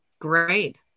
Great